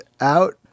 out